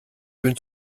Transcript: bin